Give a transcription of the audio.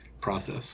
process